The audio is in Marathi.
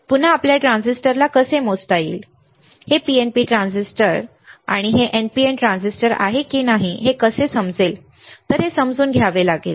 पुन्हा आपल्याला ट्रान्झिस्टर कसे मोजता येतील हे PNP ट्रान्झिस्टर हे NPN ट्रान्झिस्टर आहे की नाही हे कसे समजेल हे समजून घ्यावे लागेल